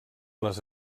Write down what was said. les